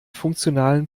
funktionalen